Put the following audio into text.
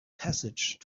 passage